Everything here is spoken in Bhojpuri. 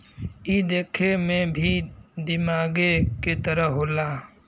ई देखे मे भी दिमागे के तरह होला